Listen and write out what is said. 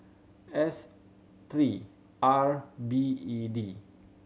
S three R B E D